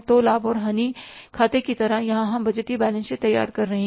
तो लाभ और हानि खाते की तरह यहां हम बजटीय बैलेंस शीट तैयार कर रहे हैं